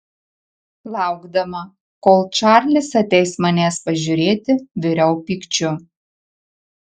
laukdama kol čarlis ateis manęs pažiūrėti viriau pykčiu